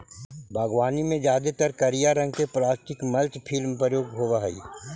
बागवानी में जादेतर करिया रंग के प्लास्टिक मल्च फिल्म प्रयोग होवऽ हई